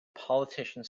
politician